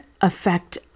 affect